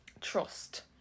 trust